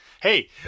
hey